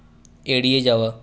এড়িয়ে যাওয়া